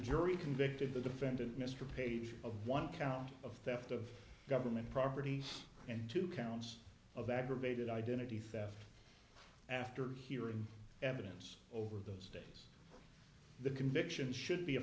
jury convicted the defendant mr page of one count of theft of government property and two counts of aggravated identity theft after hearing evidence over those days the conviction should be a